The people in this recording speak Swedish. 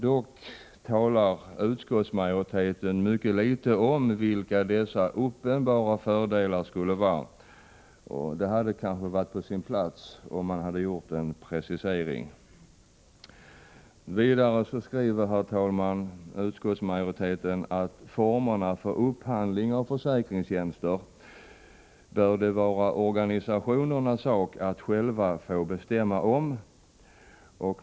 Dock talar utskottsmajoriteten mycket litet om vilka dessa uppenbara fördelar skulle vara. Det hade kanske varit på sin plats med en precisering. Vidare skriver utskottsmajoriteten att formerna för upphandling av försäkringstjänster bör det vara organisationernas sak att själva få bestämma om.